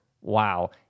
Wow